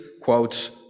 quotes